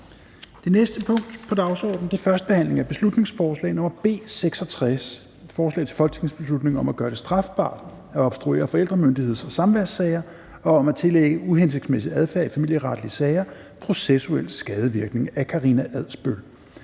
Det næste punkt på dagsordenen er: 15) 1. behandling af beslutningsforslag nr. B 66: Forslag til folketingsbeslutning om at gøre det strafbart at obstruere forældremyndigheds- og samværssager og om at tillægge uhensigtsmæssig adfærd i familieretlige sager processuel skadevirkning. Af Karina Adsbøl